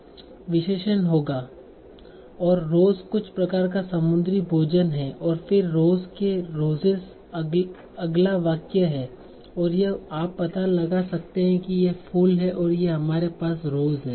यह एक विशेषण होगा और rose कुछ प्रकार का समुद्री भोजन है और फिर rose के roses अगला वाक्य हैं और ये आप पता लगा सकते हैं कि ये फूल हैं और यह हमारे पास rose है